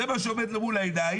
זה מה שעומד לו מול העיניים.